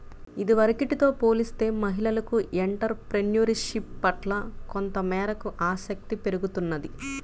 ఇదివరకటితో పోలిస్తే మహిళలకు ఎంటర్ ప్రెన్యూర్షిప్ పట్ల కొంతమేరకు ఆసక్తి పెరుగుతున్నది